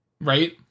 right